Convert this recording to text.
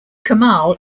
kamal